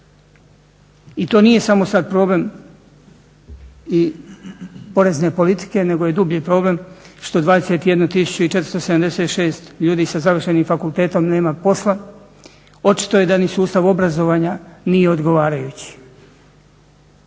i to nije samo sad problem i porezne politike nego je dublji problem što 21 476 ljudi sa završenim fakultetom nema posla. Očito je da ni sustav obrazovanja nije odgovarajući.